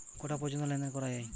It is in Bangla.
কটা পর্যন্ত লেন দেন করা য়ায়?